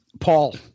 Paul